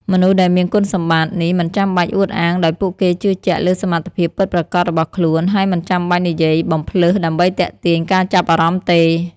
មនុស្សដែលមានគុណសម្បត្តិ នេះមិនចាំបាច់អួតអាងដោយពួកគេជឿជាក់លើសមត្ថភាពពិតប្រាកដរបស់ខ្លួន ហើយមិនចាំបាច់និយាយបំផ្លើសដើម្បីទាក់ទាញការចាប់អារម្មណ៍ទេ។